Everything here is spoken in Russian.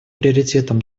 приоритетом